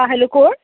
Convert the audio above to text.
आं हॅलो कोण